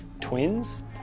twins